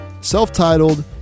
self-titled